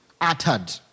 uttered